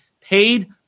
paid